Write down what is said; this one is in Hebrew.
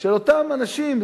של אותם אנשים,